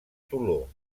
toló